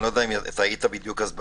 אני לא יודעת אם היית בדיוק מחובר,